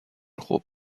خوب